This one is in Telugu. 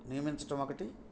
నియమించటం ఒకటి